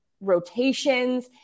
rotations